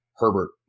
Herbert